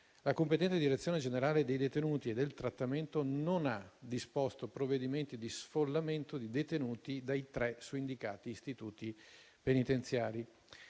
la competente direzione generale dei detenuti e del trattamento non ha disposto provvedimenti di sfollamento di detenuti dai tre su indicati istituti penitenziari.